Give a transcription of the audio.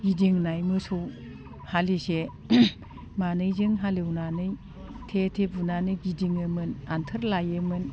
गिदिंनाय मोसौ हालिसे मानैजों हालेवनानै थे थे बुनानै गिदिङोमोन आनथोर लायोमोन